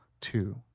Two